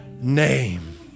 name